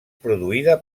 produïda